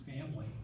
family